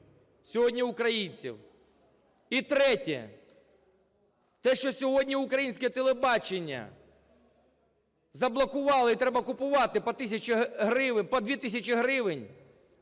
сьогодні українців. І третє. Те, що сьогодні українське телебачення заблокували і треба купувати по 2 тисячі гривень